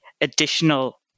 additional